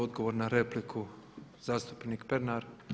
Odgovor na repliku zastupnik Pernar.